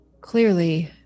Clearly